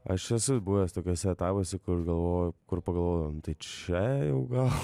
aš esu buvęs tokiuose etapuose kur galvojau kur pagalvojau čia jau gal